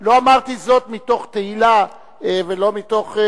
לא אמרתי זאת מתוך תהילה ולא מתוך,